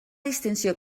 distinció